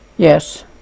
Yes